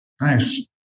Nice